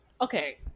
okay